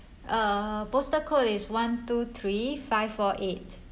uh postal code is one two three five four eight